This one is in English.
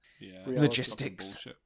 logistics